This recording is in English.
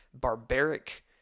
barbaric